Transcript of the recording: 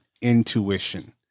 intuition